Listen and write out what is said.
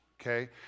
okay